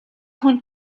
хүн